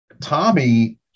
Tommy